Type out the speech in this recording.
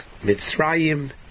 Mitzrayim